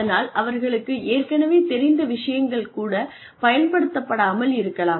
அதனால் அவர்களுக்கு ஏற்கனவே தெரிந்த விஷயங்கள் கூட பயன்படுத்தப்படாமல் இருக்கலாம்